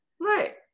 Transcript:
Right